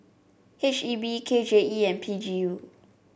H E B K J E and P G U